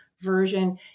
version